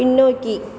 பின்னோக்கி